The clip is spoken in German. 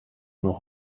noch